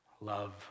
love